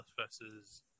versus